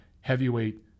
heavyweight